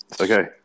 Okay